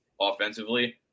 offensively